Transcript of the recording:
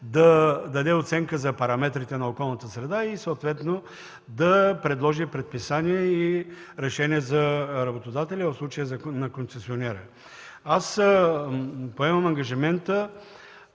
да даде оценка за параметрите на околната среда и съответно да предложи предписания и решения за работодателя, в случая – на концесионера. Поемам ангажимента,